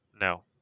No